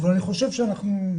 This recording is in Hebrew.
אבל אני חושב שאנחנו-